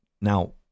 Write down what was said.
now